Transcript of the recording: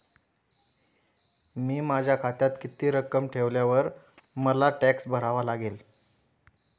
मी माझ्या खात्यात किती रक्कम ठेवल्यावर मला टॅक्स भरावा लागेल?